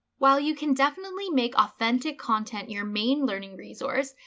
while you can definitely make authentic content your main learning resource,